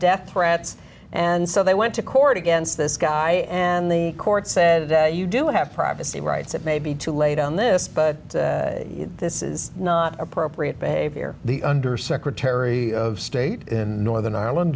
death threats and so they went to court against this guy and the court said you do have privacy rights it may be too late on this but this is not appropriate behavior the under secretary of state in northern ireland